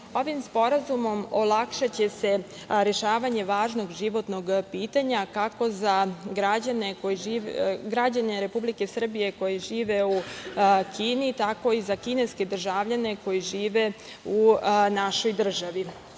Ovim sporazumom olakšaće se rešavanje važnog životnog pitanja, kako za građane Republike Srbije koji žive u Kini, tako i za kineske državljane koji žive u našoj